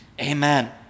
Amen